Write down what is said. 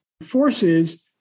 forces